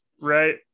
Right